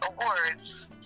awards